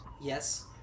Yes